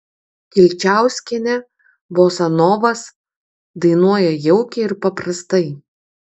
kilčiauskienė bosanovas dainuoja jaukiai ir paprastai